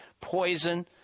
poison